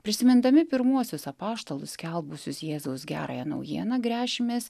prisimindami pirmuosius apaštalus skelbusius jėzaus gerąją naujieną gręšimės